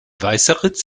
weißeritz